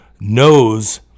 knows